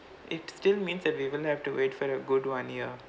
it still means that we will have to wait for a good one year